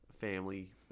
family